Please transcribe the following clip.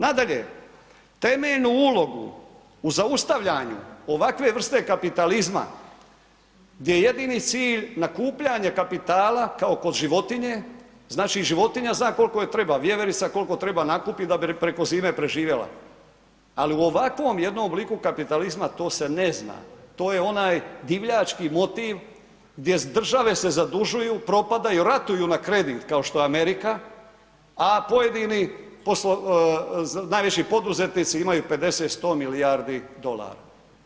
Nadalje, temeljnu ulogu u zaustavljanju ovakve vrste kapitalizma gdje je jedini cilj nakupljanje kapitala kao kod životinje, znači životinja zna koliko joj treba, vjeverica koliko treba nakupit da bi preko zime preživjela ali u ovakvom jednom liku kapitalizma to se ne zna, to je onaj divljački motiv gdje države se zadužuju, propadaju, ratuju na kredit kao što je Amerika a pojedini najviši poduzetnici, imaju 50, 100 milijardi dolara.